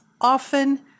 often